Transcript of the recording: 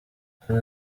hari